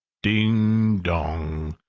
ding, dong!